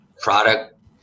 product